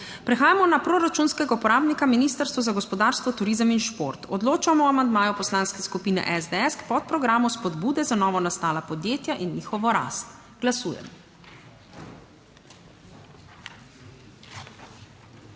Prehajamo na proračunskega uporabnika Ministrstvo za gospodarstvo, turizem in šport. Odločamo o amandmaju Poslanske skupine SDS k podprogramu Spodbude za novonastala podjetja in njihovo rast. Glasujemo.